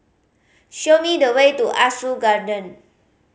show me the way to Ah Soo Garden